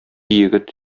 егет